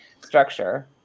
structure